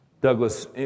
Douglas